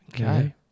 Okay